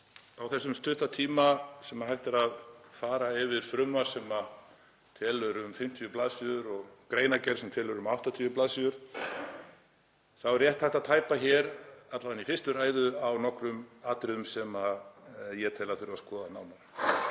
Á þessum stutta tíma sem hægt er að fara yfir frumvarp sem telur um 50 bls. og greinargerð sem telur um 80 bls. þá er rétt hægt að tæpa hér, alla vega í fyrstu ræðu, á nokkrum atriðum sem ég tel að þurfi að skoða nánar.